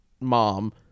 mom